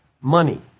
money